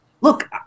look